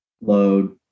load